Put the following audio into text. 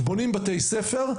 בונים בתי ספר,